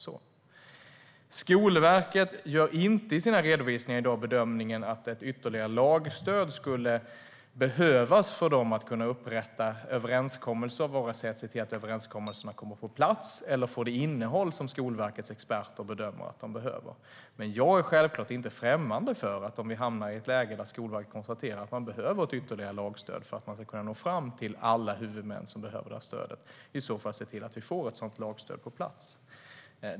Skolverket gör inte i sina redovisningar i dag bedömningen att ett ytterligare lagstöd skulle behövas för överenskommelser, vare sig när det gäller att se till att överenskommelserna kommer på plats eller när det gäller det innehåll som Skolverkets experter bedömer behövs. Jag är självklart inte främmande för att om vi hamnar i ett läge där Skolverket konstaterar att det behövs ett ytterligare lagstöd för att nå fram till alla huvudmän som behöver stödet se till att lagstödet kommer på plats.